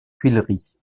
tuileries